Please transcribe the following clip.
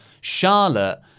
Charlotte